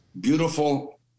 beautiful